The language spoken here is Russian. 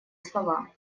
слова